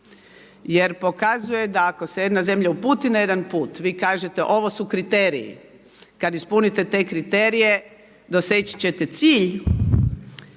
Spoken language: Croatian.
jer pokazuje da ako se jedna zemlja uputi na jedan put, vi kažete ovo su kriteriji, kada ispunite te kriterije doseći ćete cilj